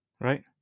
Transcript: right